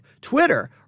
Twitter